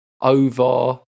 over